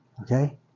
Okay